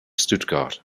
stuttgart